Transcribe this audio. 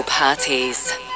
Parties